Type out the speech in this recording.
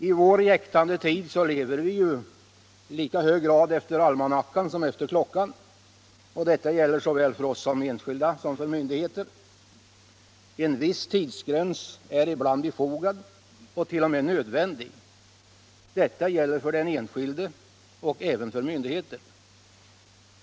I vår jäktade tid lever vi ju i lika hög grad efter almanackan Torsdagen den som efter klockan. Detta gäller såväl för oss enskilda som för myndig 19 februari 1976 heter. En viss tidsgräns är ibland befogad och t.o.m. nödvändig. Detta = gäller för den enskilde och även för myndigheter.